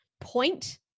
point